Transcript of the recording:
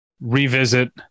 revisit